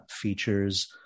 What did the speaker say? features